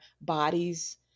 bodies